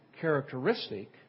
characteristic